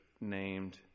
Named